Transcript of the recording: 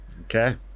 okay